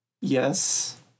yes